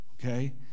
okay